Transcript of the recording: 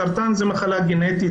סרטן זו מחלה גנטית,